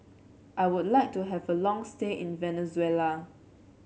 I would like to have a long stay in Venezuela